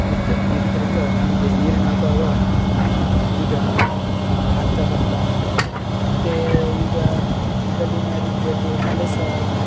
ಇರ್ತಾ ಇರೋದ್ರಿಂದ ನಮಗೆ ನೀರಿನ ಅಭಾವ ಈಗ ಆಗ್ತಾ ಬರ್ತಾ ಉಂಟು ಮತ್ತೆ ಈಗ ಮೊದಲಿನ ರೀತಿಯಲ್ಲಿ ಮಲೆ ಸಹ ಹಾಗೆ